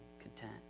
content